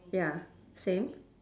ya same